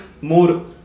more